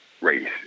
race